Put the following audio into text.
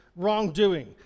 Wrongdoing